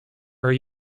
are